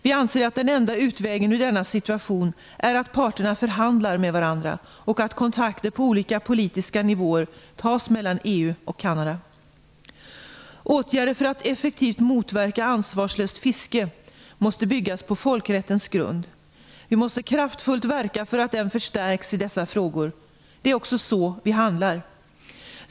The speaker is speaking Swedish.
Vi anser att den enda utvägen ur denna situation är att parterna förhandlar med varandra och att kontakter på olika politiska nivåer tas mellan EU och Kanada. Åtgärder för att effektivt motverka ansvarslöst fiske måste byggas på folkrättens grund. Vi måste kraftfullt verka för att den förstärks i dessa frågor. Det är också så vi handlar.